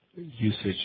usage